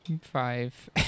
Five